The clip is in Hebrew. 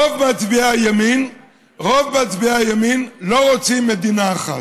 רוב מצביעי הימין לא רוצים מדינה אחת.